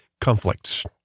conflicts